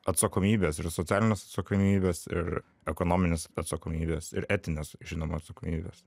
atsakomybės ir socialinės atsakomybės ir ekonominės atsakomybės ir etinės žinoma atsakomybės